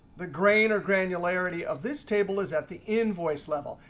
the grain or granularity of this table is at the invoice level.